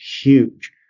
huge